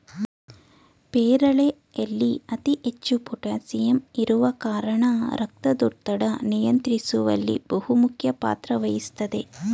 ಪೇರಳೆಯಲ್ಲಿ ಅತಿ ಹೆಚ್ಚು ಪೋಟಾಸಿಯಂ ಇರುವ ಕಾರಣ ರಕ್ತದೊತ್ತಡ ನಿಯಂತ್ರಿಸುವಲ್ಲಿ ಬಹುಮುಖ್ಯ ಪಾತ್ರ ವಹಿಸ್ತದೆ